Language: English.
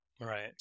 Right